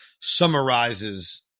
summarizes